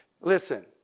Listen